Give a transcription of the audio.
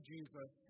Jesus